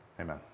Amen